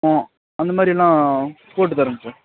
ஆ அந்த மாதிரியெல்லாம் போட்டு தரோங்க சார்